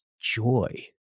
joy